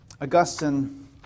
Augustine